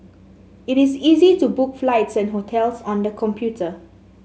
it is easy to book flights and hotels on the computer